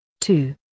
two